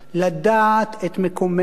לדעת את מקומנו,